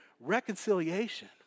reconciliation